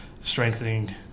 strengthening